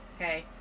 Okay